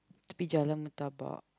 tapi jalan pun tak bawak